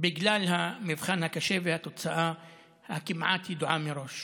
בגלל המבחן הקשה והתוצאה הכמעט-ידועה מראש.